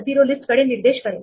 मी 21 सोबत कंटिन्यू करेल